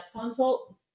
consult